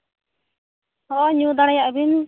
ᱦᱳᱭ ᱧᱩ ᱫᱟᱲᱮᱭᱟᱜᱼᱟ ᱵᱤᱱ